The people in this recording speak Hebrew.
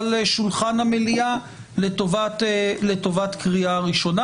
על שולחן המליאה לטובת הקריאה הראשונה.